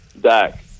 Dak